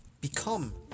become